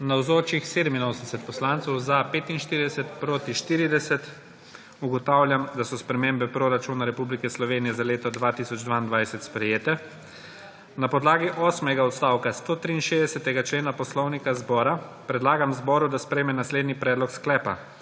40. (Za je glasovalo 45.) (Proti 40.) Ugotavljam, da so spremembe proračuna Republike Slovenije za leto 2022 sprejete. Na podlagi osmega odstavka 163. člena Poslovnika Državnega zbora predlagam zboru, da sprejme naslednji predlog sklepa: